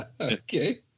Okay